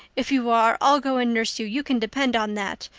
if you are i'll go and nurse you, you can depend on that.